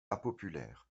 impopulaire